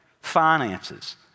finances